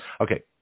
Okay